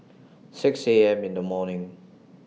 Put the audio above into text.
six A M in The morning